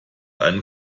einen